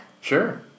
Sure